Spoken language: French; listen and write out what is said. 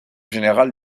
général